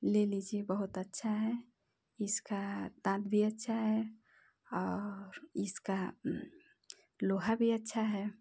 ले लीजिए बहुत अच्छा है इसके दाँत भी अच्छे हैं और इसका लोहा भी अच्छा है